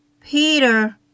Peter